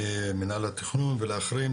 מינהל התכנון ולאחרים,